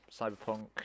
cyberpunk